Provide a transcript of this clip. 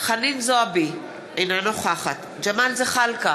חנין זועבי, אינה נוכחת ג'מאל זחאלקה,